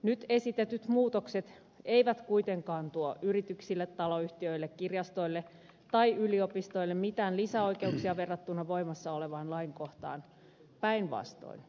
nyt esitetyt muutokset eivät kuitenkaan tuo yrityksille taloyhtiöille kirjastoille tai yliopistoille mitään lisäoikeuksia verrattuna voimassa olevaan lainkohtaan päinvastoin